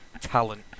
talent